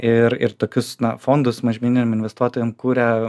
ir ir tokius fondus mažmeniniam investuotojam kuria